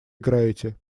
играете